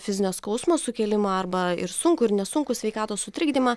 fizinio skausmo sukėlimą arba ir sunkų ir nesunkų sveikatos sutrikdymą